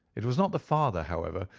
it was not the father, however,